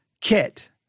kit